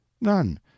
None